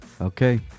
Okay